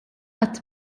qatt